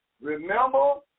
Remember